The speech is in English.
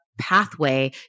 pathway